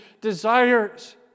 desires